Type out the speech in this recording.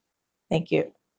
thank you